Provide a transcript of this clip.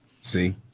See